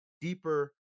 deeper